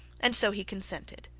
and so he consented.